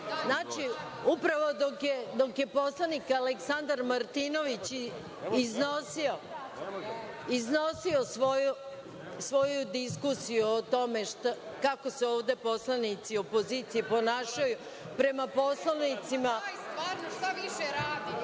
Hvala. Znači, upravo dok je poslanik Aleksandar Martinović iznosio svoju diskusiju o tome kako se ovde poslanici opozicije ponašaju prema poslanicima… **Maja Gojković**